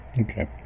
Okay